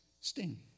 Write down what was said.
sting